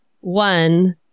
one